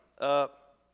up